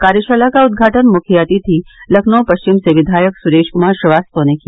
कार्यशाला का उद्घाटन मुख्य अतिथि लखनऊ पश्चिम से विधायक सुरेश कुमार श्रीवास्तव ने किया